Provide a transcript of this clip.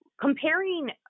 Comparing